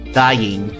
dying